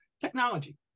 Technology